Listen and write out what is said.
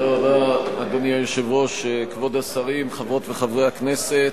אדוני היושב-ראש, כבוד השרים, חברות וחברי הכנסת,